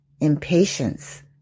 impatience